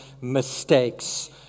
mistakes